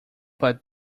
but